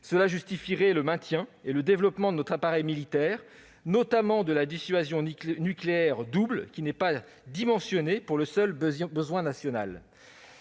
Cela justifierait le maintien et le développement de notre appareil militaire, notamment de la dissuasion nucléaire double, qui n'est pas dimensionnée pour le seul besoin national.